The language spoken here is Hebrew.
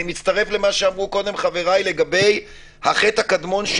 אני מצטרף למה שאמרו קודם חבריי לגבי החטא הקדמון,